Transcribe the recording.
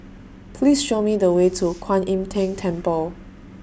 Please Show Me The Way to Kuan Im Tng Temple